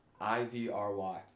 I-V-R-Y